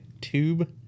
tube